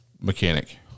mechanic